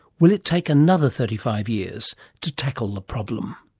will it take another thirty five years to tackle the problem?